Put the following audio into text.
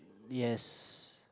yes